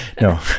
No